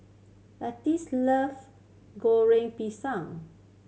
Lizette love Goreng Pisang